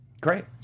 Great